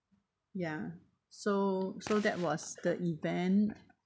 ya so so that was the event